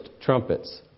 trumpets